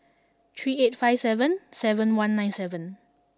three eight five seven seven one nine seven